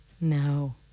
No